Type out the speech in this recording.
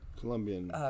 Colombian –